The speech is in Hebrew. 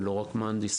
ולא רק מהנדסים,